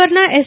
રાજ્યભરના એસ